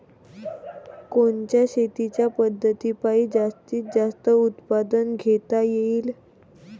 कोनच्या शेतीच्या पद्धतीपायी जास्तीत जास्त उत्पादन घेता येईल?